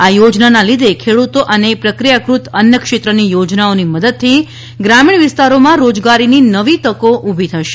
આ યોજનાના લીધે ખેડૂત અને પ્રક્રિયાકૃત અન્ન ક્ષેત્રની યોજનાઓની મદદથી ગ્રામીણ વિસ્તારોમાં રોજગારીની નવી તકો ઊભી થશે